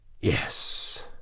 Yes